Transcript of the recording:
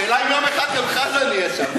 השאלה אם יום אחד גם חזן יהיה שם.